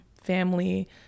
family